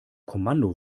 kommando